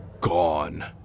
gone